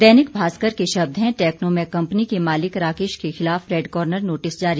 दैनिक भास्कर के शब्द हैं टेक्नोमैक कंपनी के मालिक राकेश के खिलाफ रेड कॉर्नर नोटिस जारी